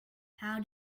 how